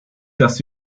dass